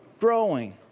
growing